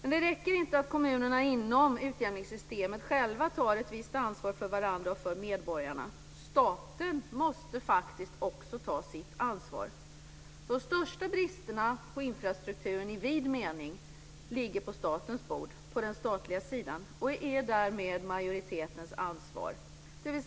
Men det räcker inte med att kommunerna inom utjämningssystemet själva tar ett viss ansvar för varandra och för medborgarna. Staten måste också ta sitt ansvar.